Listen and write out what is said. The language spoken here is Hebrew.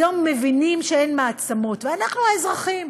היום מבינים שהם מעצמות, ואנחנו האזרחים.